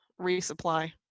resupply